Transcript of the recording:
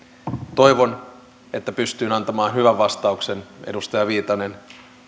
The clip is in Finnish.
toivon että pystyin antamaan hyvän vastauksen edustaja viitanen